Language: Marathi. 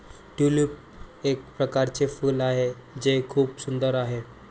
ट्यूलिप एक प्रकारचे फूल आहे जे खूप सुंदर आहे